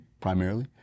primarily